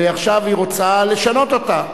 ועכשיו היא רוצה לשנות אותה.